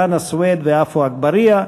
חנא סוייד ועפו אגבאריה.